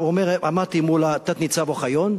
הוא אומר: עמדתי מול תת-ניצב אוחיון,